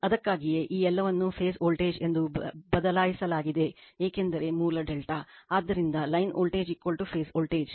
ಅದಕ್ಕಾಗಿಯೇ ಈ ಎಲ್ಲವನ್ನು ಫೇಸ್ ವೋಲ್ಟೇಜ್ ಎಂದು ಬದಲಾಯಿಸಲಾಗಿದೆ ಏಕೆಂದರೆ ಮೂಲ ∆ ಆದ್ದರಿಂದ ಲೈನ್ ವೋಲ್ಟೇಜ್ ಫೇಸ್ ವೋಲ್ಟೇಜ್